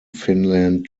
finland